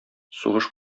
сугыш